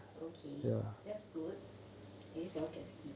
okay that's good at least you all get to eat